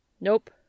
Nope